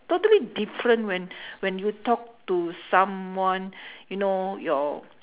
totally different when when you talk to someone you know your